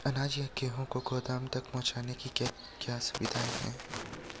अनाज या गेहूँ को गोदाम तक पहुंचाने की क्या क्या सुविधा है?